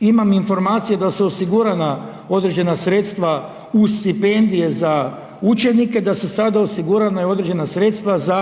Imam informacije da su osigurana određena sredstva uz stipendije za učenike, da su sada osigurana određena sredstva za